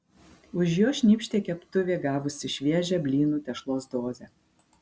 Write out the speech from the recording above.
už jo šnypštė keptuvė gavusi šviežią blynų tešlos dozę